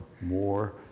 more